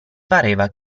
pareva